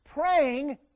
praying